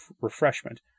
refreshment